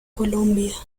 colombia